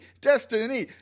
Destiny